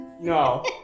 No